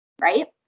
right